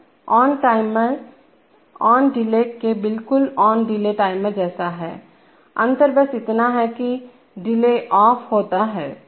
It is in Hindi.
तो ऑफ टाइमर ऑन डिले बिल्कुल ऑन डिले टाइमर जैसा है अंतर बस इतना है कि डिले ऑफ होता है